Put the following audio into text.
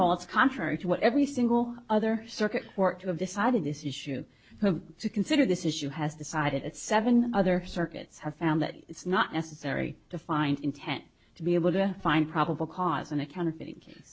it's contrary to what every single other circuit court to have decided this issue to consider this issue has decided at seven other circuits have found that it's not necessary to find intent to be able to find probable cause in a count